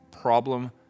problem